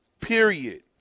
Period